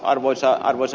arvoisa puhemies